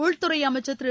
உள்துறை அமைச்சி திரு